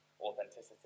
authenticity